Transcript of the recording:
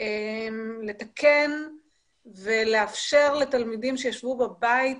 לתקן ולאפשר לתלמידים שישבו בבית,